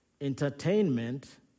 entertainment